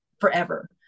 forever